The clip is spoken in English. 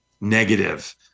negative